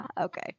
Okay